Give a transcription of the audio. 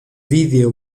video